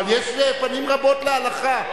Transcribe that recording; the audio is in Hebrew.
אבל יש פנים רבות להלכה.